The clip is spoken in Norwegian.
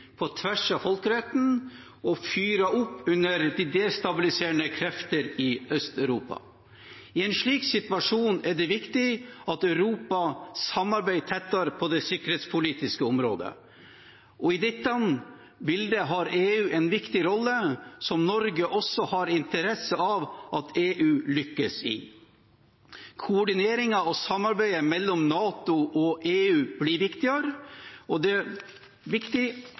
på tvers av folkeretten, og fyrt opp under destabiliserende krefter i Øst-Europa. I en slik situasjon er det viktig at Europa samarbeider tettere på det sikkerhetspolitiske området. I dette bildet har EU en viktig rolle, som Norge også har interesse av at EU lykkes i. Koordineringen og samarbeidet mellom NATO og EU blir viktigere. Det er viktig